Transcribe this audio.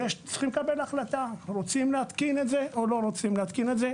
וצריכים לקבל החלטה רוצים להתקין את זה או לא רוצים להתקין את זה.